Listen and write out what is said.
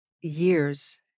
years